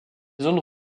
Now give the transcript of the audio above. zones